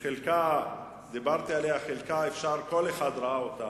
של דמוקרטיה, כי כלכלה משמעותה,